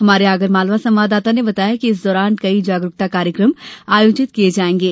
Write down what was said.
हमारे आगरमालवा संवाददाता ने बताया है कि इस दौरान कई जागरूकता कार्यक्रम आयोजित किये जायेंगे